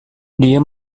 dia